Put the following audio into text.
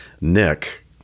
Nick